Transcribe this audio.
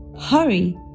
hurry